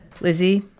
Lizzie